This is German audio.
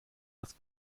das